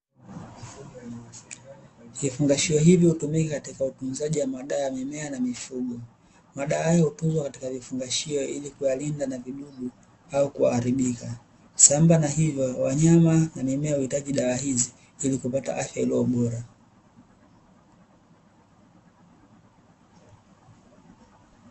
Vifungashio hivi hutumika katika utunzaji wa madawa ya mimea na mifugo. Madawa haya hutunzwa katika vifungashio ili kuyalinda na vidudu au kuharibika, sambamba na hivyo wanyama na mimea huhitaji dawa hizi ili kupata afya iliyo bora.